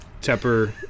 Tepper